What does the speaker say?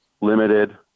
limited